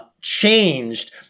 changed